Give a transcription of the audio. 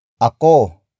ako